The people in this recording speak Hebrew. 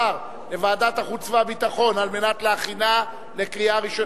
לוועדת החוץ והביטחון על מנת להכינה לקריאה ראשונה,